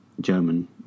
German